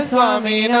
Swami